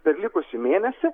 per likusį mėnesį